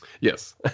Yes